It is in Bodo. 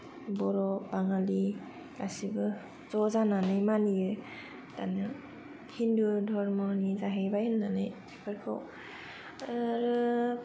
बर' बाङालि गासैबो ज' जानानै मानियो ओ हिन्दु धर्मनि जाहैबाय होननानै बेफोरखौ आरो